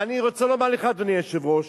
ואני רוצה לומר לך, אדוני היושב-ראש,